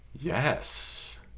Yes